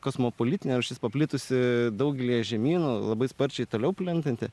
kosmopolitinė rūšis paplitusi daugelyje žemynų labai sparčiai toliau plintanti